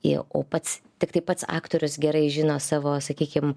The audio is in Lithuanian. į o pats tiktai pats aktorius gerai žino savo sakykim